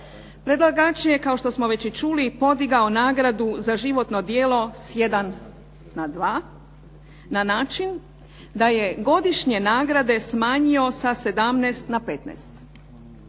Predlagač je kao što smo već i čuli podigao nagradu za životno djelo sa jedan na dva na način da je godišnje nagrade smanjio sa 17 na 15.